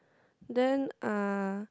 then ah